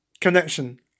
connection